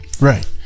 Right